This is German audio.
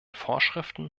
vorschriften